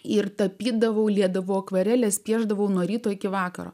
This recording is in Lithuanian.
ir tapydavau liedavo akvareles piešdavau nuo ryto iki vakaro